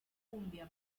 cumbia